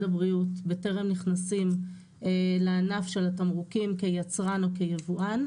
הבריאות בטרם נכנסים לענף של התמרוקים כיצרן או כיבואן,